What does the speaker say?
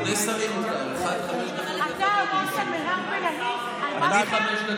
שני שרים מותר, אחד חמש דקות ואחד לא מוגבל.